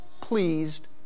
pleased